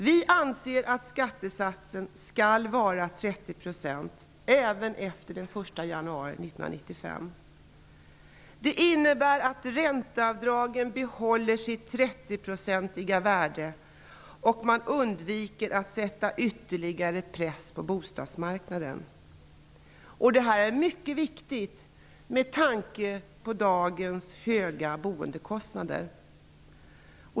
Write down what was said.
Vi anser att skattesatsen skall vara 30 % även efter den 1 januari 1995. Det innebär att ränteavdragen behåller sitt 30-procentiga värde och att man undviker att sätta ytterligare press på bostadsmarknaden. Det är mycket viktigt med tanke på dagens höga boendekostnader.